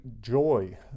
joy